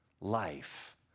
life